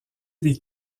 des